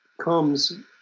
comes